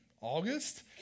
August